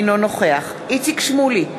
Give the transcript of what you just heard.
אינו נוכח איציק שמולי,